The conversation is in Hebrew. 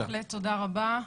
תודה רבה,